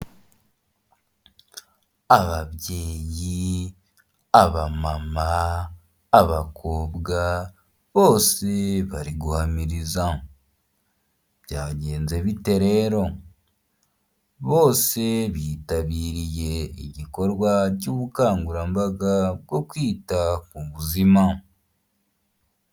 Ababyeyi, abamama, abakobwa bose bari guhamiriza byagenze bite rero? Bose bitabiriye igikorwa cy'ubukangurambaga bwo kwita ku buzima.